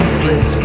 bliss